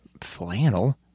flannel